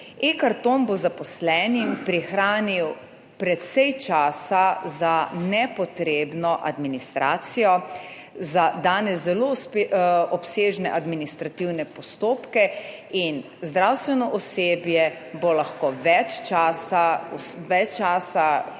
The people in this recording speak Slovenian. E-karton bo zaposlenim prihranil precej časa za nepotrebno administracijo, za danes zelo obsežne administrativne postopke. In zdravstveno osebje bo lahko več časa